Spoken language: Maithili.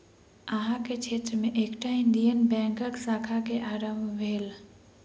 अहाँ के क्षेत्र में एकटा इंडियन बैंकक शाखा के आरम्भ भेल